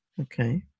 Okay